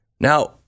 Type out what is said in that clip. Now